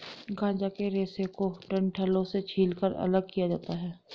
गांजा के रेशे को डंठलों से छीलकर अलग किया जाता है